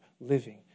living